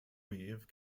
weave